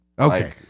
Okay